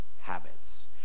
habits